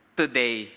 today